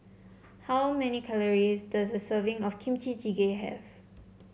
how many calories does a serving of Kimchi Jjigae have